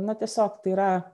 na tiesiog tai yra